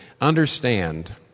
understand